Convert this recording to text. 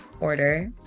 order